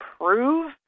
prove